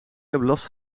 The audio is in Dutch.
last